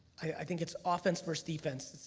i think it's offense versus defense.